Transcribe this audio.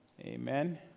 Amen